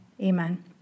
amen